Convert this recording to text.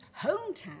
hometown